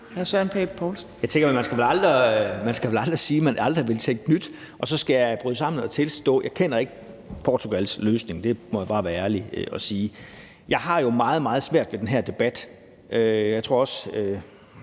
Jeg tænker, at man vel aldrig skal sige, at man aldrig vil tænke nyt, og så skal jeg bryde sammen og tilstå, at jeg ikke kender Portugals løsning. Det må jeg bare være ærlig og sige. Jeg har det jo meget, meget svært med den her debat, og jeg tror også,